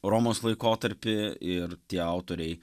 romos laikotarpy ir tie autoriai